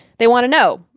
they want to know,